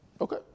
Okay